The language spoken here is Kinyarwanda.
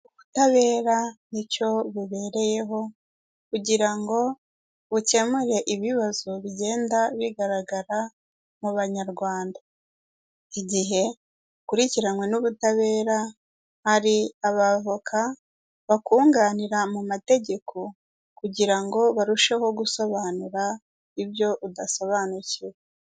Ubutabera n'icyo bubereyeho kugira ngo bukemure ibibazo bigenda bigaragara mu banyarwanda. Igihe ukurikiranywe n'ubutabera hari abavoka bakunganira mu mategeko kugira ngo barusheho gusobanura ibyo udasobanukiwe.